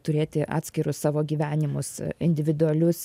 turėti atskirus savo gyvenimus individualius